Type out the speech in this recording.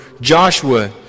Joshua